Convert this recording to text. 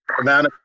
amount